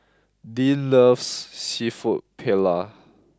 Dean loves Seafood Paella